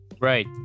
Right